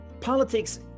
politics